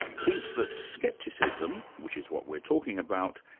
thinks that scepticism, which is what we're talking about,